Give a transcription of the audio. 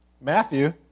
Matthew